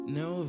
no